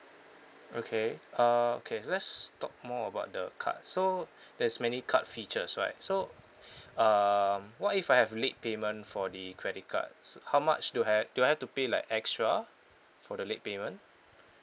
okay uh okay let's talk more about the card so there's many card features right so um what if I have late payment for the credit card so how much do had do I have to pay like extra for the late payment